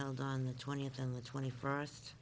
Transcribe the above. held on the twentieth and the twenty first